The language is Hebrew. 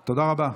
תודה.